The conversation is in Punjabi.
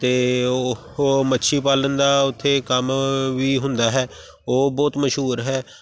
ਅਤੇ ਉਹ ਮੱਛੀ ਪਾਲਣ ਦਾ ਉੱਥੇ ਕੰਮ ਵੀ ਹੁੰਦਾ ਹੈ ਉਹ ਬਹੁਤ ਮਸ਼ਹੂਰ ਹੈ